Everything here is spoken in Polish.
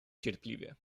cierpliwie